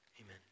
Amen